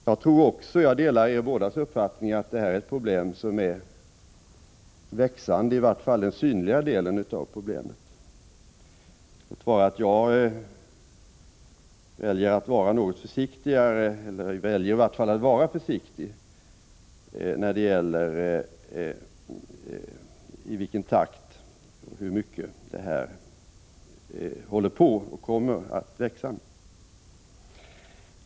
Jag delar Karin Israelssons och Ann-Cathrine Haglunds uppfattning att det här är ett problem — i varje fall den synliga delen av problemet — som är växande, låt vara att jag väljer att vara något försiktig när det gäller bedömningen i vilken takt det kommer att växa.